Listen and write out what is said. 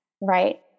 Right